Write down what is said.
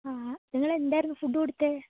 ആ നിങ്ങളെന്തായിരുന്നു ഫുഡ് കൊടുത്തത്